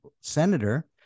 senator